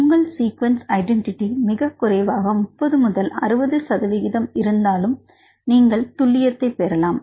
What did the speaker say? உங்கள் sequence identity மிகக்குறைவாக30 முதல் 60 சதவீதம் இருந்தாலும் நீங்கள் துல்லியத்தைப் பெறலாம்